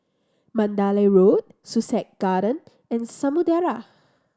Mandalay Road Sussex Garden and Samudera